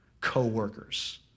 co-workers